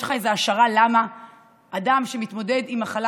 יש לך איזה השערה למה אדם שמתמודד עם מחלה